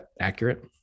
accurate